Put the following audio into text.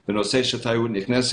יש לנו דילמה בנושא של תיירות נכנסת,